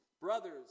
Brothers